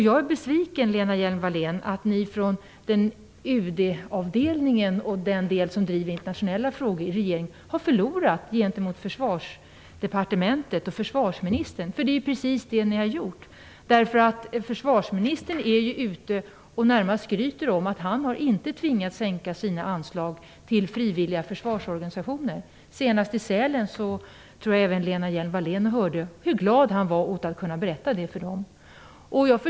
Jag är besviken, Lena Hjelm-Wallén, att ni på UD-avdelningen och den del av regeringen som driver internationella frågor har förlorat gentemot Försvarsdepartementet och försvarsministern. Det är precis det ni har gjort. Försvarsministern skryter ju närmast om att han inte har tvingats sänka sina anslag till frivilliga försvarsorganisationer. Jag tror att även Lena Hjelm-Wallén hörde hur glad han var, senast i Sälen, åt att kunna berätta det för dem.